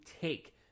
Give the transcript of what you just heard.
take